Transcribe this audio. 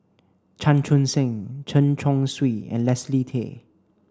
Chan Chun Sing Chen Chong Swee and Leslie Tay